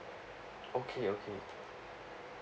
okay okay